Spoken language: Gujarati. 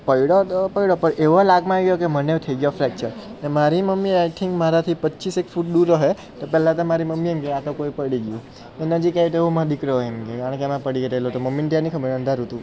પડ્યો તો પડ્યો પણ એવા લાગમાં આવ્યો કે મને એવું થઈ ગયું ફ્રેકચર ને મારી મમ્મી આઇ થિન્ક મારાથી પચીસેક ફૂટ દૂર હશે એ પહેલાં તો મારી મમ્મીને એમકે આતો કોઈ પડી ગયું પણ હજી કંઈ મારો દીકરો ન હોય એમ કારણ કે મે પડી ગયેલો હતો મમ્મીને તે નહીં ખબર અંધારું હતું